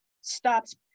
stops